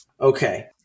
Okay